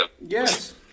Yes